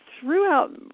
Throughout